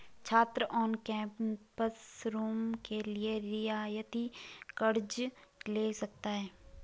छात्र on campus room के लिए रियायती कर्ज़ ले सकता है